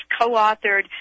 co-authored